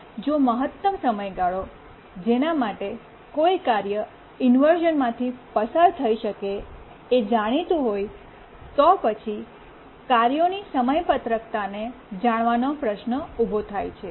જો મહત્તમ સમયગાળો જેના માટે કોઈ કાર્ય ઇન્વર્શ઼નમાંથી પસાર થઈ શકે એ જાણીતું હોય તો પછી કાર્યોની સમયપત્રકતાને જાણવાનો પ્રશ્ન ઉભો થાય છે